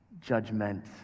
judgment